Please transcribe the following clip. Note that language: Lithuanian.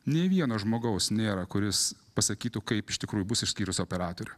nei vieno žmogaus nėra kuris pasakytų kaip iš tikrųjų bus išskyrus operatorių